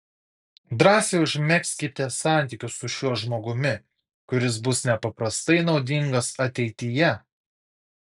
drąsiai užmegzkite santykius su šiuo žmogumi kuris bus nepaprastai naudingas ateityje